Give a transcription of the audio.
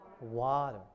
Water